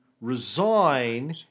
resign